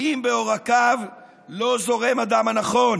אם בעורקיו לא זורם הדם הנכון?